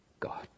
God